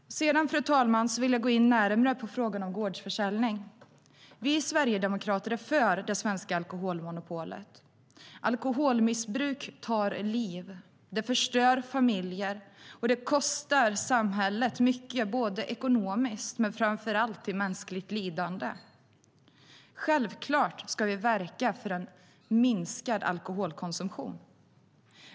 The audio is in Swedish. Sedan, fru talman, vill jag gå in närmare på frågan om gårdsförsäljning. Vi sverigedemokrater är för det svenska alkoholmonopolet. Alkoholmissbruk tar liv. Det förstör familjer, och det kostar samhället mycket, både ekonomiskt och framför allt i mänskligt lidande. Självklart ska vi verka för en minskad alkoholkonsumtion.